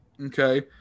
okay